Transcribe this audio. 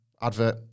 advert